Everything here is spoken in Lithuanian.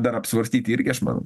dar apsvarstyti irgi aš manau